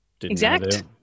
exact